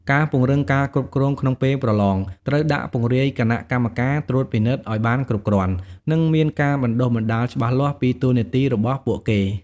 ការ ពង្រឹងការគ្រប់គ្រងក្នុងពេលប្រឡង ត្រូវដាក់ពង្រាយគណៈកម្មការត្រួតពិនិត្យឱ្យបានគ្រប់គ្រាន់ និងមានការបណ្ដុះបណ្ដាលច្បាស់លាស់ពីតួនាទីរបស់ពួកគេ។